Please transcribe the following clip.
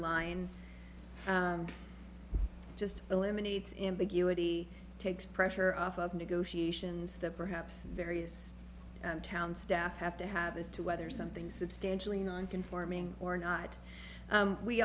line just eliminates ambiguity takes pressure off of negotiations that perhaps various town staff have to have as to whether something substantially non conforming or not